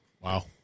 wow